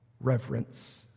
reverence